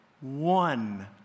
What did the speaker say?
one